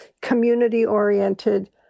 community-oriented